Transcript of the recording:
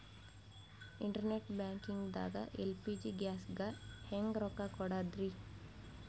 Internet banking ದಾಗ LPG ಗ್ಯಾಸ್ಗೆ ಹೆಂಗ್ ರೊಕ್ಕ ಕೊಡದ್ರಿ?